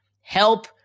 Help